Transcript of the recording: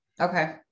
Okay